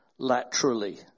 Laterally